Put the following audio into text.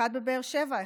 אחד בבאר שבע,